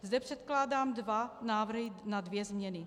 Zde předkládám dva návrhy na dvě změny: